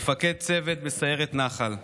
מפקד צוות בסיירת נח"ל,